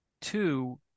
Two